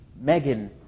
Megan